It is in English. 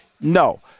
No